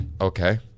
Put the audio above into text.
Okay